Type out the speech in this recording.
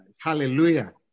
Hallelujah